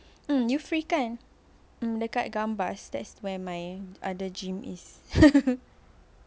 mm you free kan dekat gambas that's where my other gym is